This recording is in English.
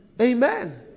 amen